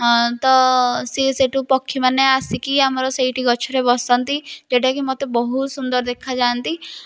ତ ସିଏ ସେଠୁ ପକ୍ଷୀମାନେ ଆସିକି ଆମର ସେଇଠି ଗଛରେ ବସନ୍ତି ଯେଉଁଟା କି ମୋତେ ବହୁତ ସୁନ୍ଦର ଦେଖାଯାଆନ୍ତି